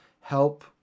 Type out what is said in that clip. help